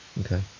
Okay